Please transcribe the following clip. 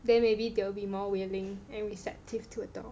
then maybe they will be more willing and receptive to adopt